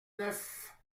neuf